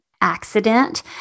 accident